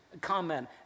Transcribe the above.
comment